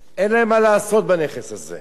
אין להם מה לעשות בנכס הזה.